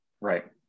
Right